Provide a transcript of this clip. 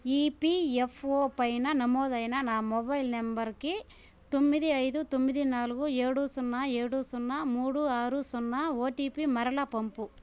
EPFO పైన నమోదైన నా మొబైల్ నెంబర్కి తొమ్మిది ఐదు తొమ్మిది నాలుగు ఏడు సున్నా ఏడు సున్నా మూడు ఆరు సున్నా ఓటీపీ మరలా పంపు